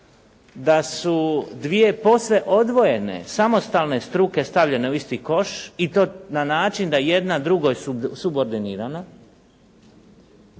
da su dvije posve odvojene samostalne struke stavljene u isti koš i to na način da je jedna drugoj subordinirana